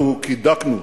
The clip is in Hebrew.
אנחנו הידקנו,